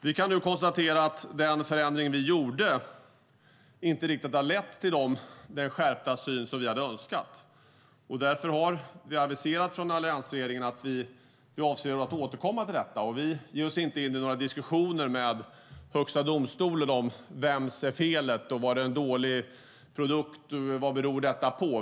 Vi kan nu konstatera att den förändring som vi gjorde inte riktigt har lett till den skärpta syn som vi hade önskat. Därför har vi från alliansregeringen aviserat att vi avser att återkomma till detta. Vi ger oss inte in i några diskussioner med Högsta domstolen om vems felet är, om det var dålig produkt och vad detta beror på.